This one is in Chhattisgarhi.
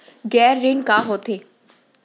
गैर ऋण का होथे?